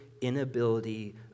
inability